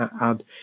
add